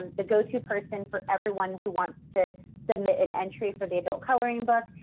the go to person for everyone who wants to submit an entry for the adult coloring book.